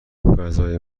غذای